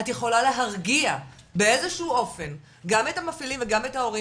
את יכולה להרגיע באיזה שהוא אופן גם את המפעילים וגם את ההורים